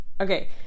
okay